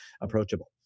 approachable